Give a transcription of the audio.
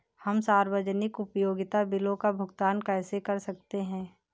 हम सार्वजनिक उपयोगिता बिलों का भुगतान कैसे कर सकते हैं?